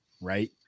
Right